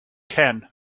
can